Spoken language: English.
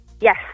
Yes